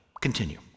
Continue